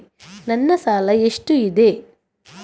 ನನ್ನ ಸಾಲ ಎಷ್ಟು ಇದೆ?